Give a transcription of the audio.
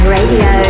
Radio